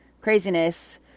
Craziness